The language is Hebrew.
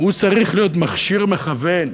צריך להיות מכשיר מכוון.